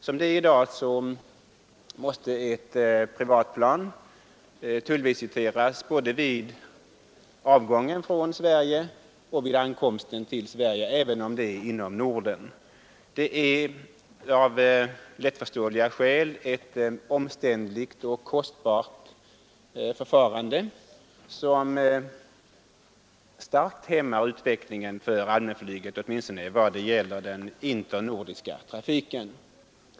Som det är i dag måste ett privatplan tullvisiteras både vid avgången från Sverige och vid ankomsten till Sverige, även om resan företas inom Norden. Det är av lättförståeliga skäl ett omständligt och kostsamt förfarande, som starkt hämmar utvecklingen för allmänflyget åtminstone i vad gäller den internordiska trafiken.